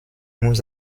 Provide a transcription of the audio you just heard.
nous